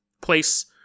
place